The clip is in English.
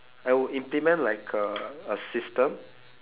I will implement like a a system